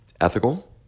ethical